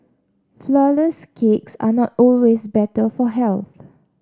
flourless cakes are not always better for health